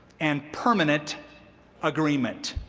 and permanent agreement.